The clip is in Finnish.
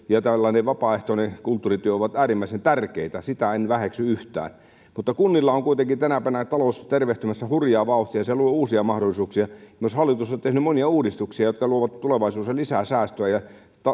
ja tällainen vapaaehtoinen kulttuurityö ovat äärimmäisen tärkeitä sitä en väheksy yhtään mutta kunnilla on kuitenkin tänä päivänä talous tervehtymässä hurjaa vauhtia ja se luo uusia mahdollisuuksia myös hallitus on tehnyt monia uudistuksia jotka luovat tulevaisuudessa lisää säästöä ja